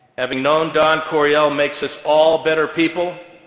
having known don coryell makes us all better people,